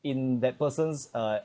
in that person's uh